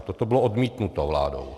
Toto bylo odmítnuto vládou.